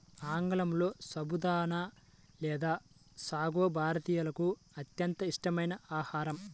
ఆంగ్లంలో సబుదానా లేదా సాగో భారతీయులకు అత్యంత ఇష్టమైన ఆహారం